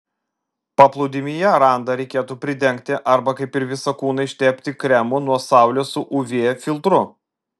paplūdimyje randą reikėtų pridengti arba kaip ir visą kūną ištepti kremu nuo saulės su uv filtru